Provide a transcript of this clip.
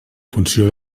funció